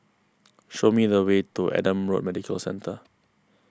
show me the way to Adam Road Medical Centre